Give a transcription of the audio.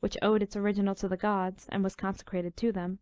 which owed its original to the gods, and was consecrated to them